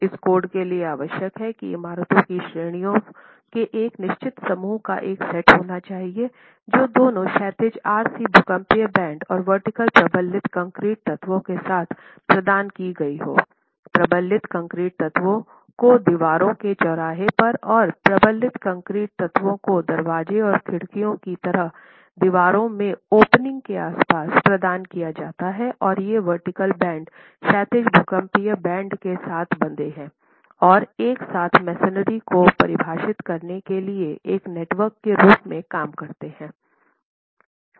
इस कोड के लिए आवश्यक है कि इमारतों की श्रेणियों के एक निश्चित समूह का एक सेट होना चाहिए जो दोनों क्षैतिज आर सी भूकंपीय बैंड और वर्टिकल प्रबलित कंक्रीट तत्वों के साथ प्रदान की गई हो प्रबलित कंक्रीट तत्वों को दीवारों के चौराहे पर और प्रबलित कंक्रीट तत्वों को दरवाजे और खिड़कियां की तरह दीवारों में ओपनिंग के आसपास प्रदान किया जाता है और ये वर्टिकल बैंड क्षैतिज भूकंपीय बैंड के साथ बंधे हैं और एक साथ मैसनरी को परिभाषित करने के लिए एक नेटवर्क के रूप में काम करता है